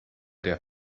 der